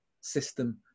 system